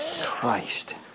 Christ